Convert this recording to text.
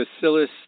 Bacillus